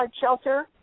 Shelter